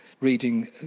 reading